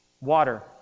water